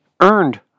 earned